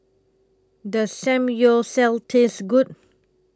Does Samgyeopsal Taste Good